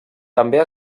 també